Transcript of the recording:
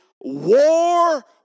war